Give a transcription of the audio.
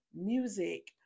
music